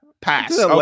Pass